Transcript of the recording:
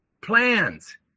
plans